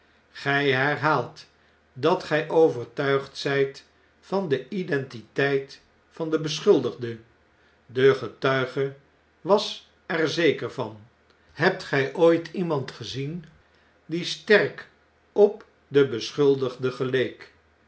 gij herhaalt dat gij overtuigd zijt van de identiteit van den beschuldigde de getuige was er zeker van hebt gjj ooit iemand gezien die sterk op den beschuldigde geleek